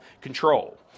control